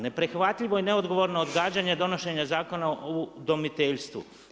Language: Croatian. Neprihvatljivo i neodgovorno odgađanje donošenje zakona u udomiteljstvu.